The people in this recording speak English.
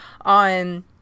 on